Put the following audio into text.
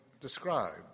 described